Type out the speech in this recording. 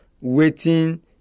waiting